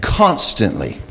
constantly